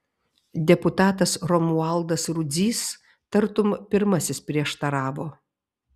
deputatas romualdas rudzys tartum pirmasis prieštaravo